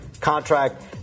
contract